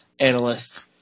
analyst